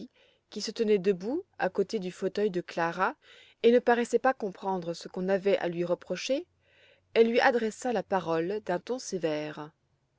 qui se tenait debout à côté du fauteuil de clara et ne paraissait pas comprendre ce qu'on avait à lui reprocher elle lui adressa la parole d'un ton sévère